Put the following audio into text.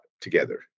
together